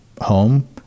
home